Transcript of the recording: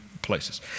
places